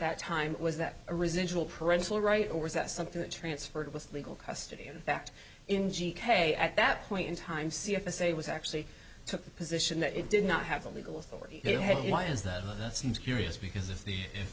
that time was that a residual parental rights or was that something that transferred with legal custody in fact in g k at that point in time see if a say was actually took the position that it did not have the legal authority it had why is that that seems curious because of the